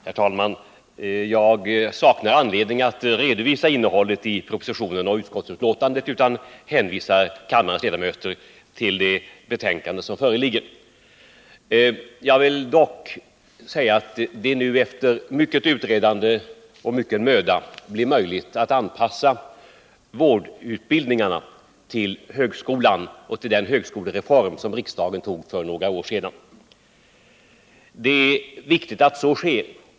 Herr talman! Jag har inte anledning att redovisa innehållet i propositionen och utskottsbetänkandet utan hänvisar kammarens ledamöter till det betänkande som föreligger. Jag vill dock säga att det nu efter mycket utredande och mycken möda blir möjligt att anpassa vårdutbildningarna till högskolan och till den högskolereform som riksdagen beslutade om för några år sedan. Det är viktigt att så sker.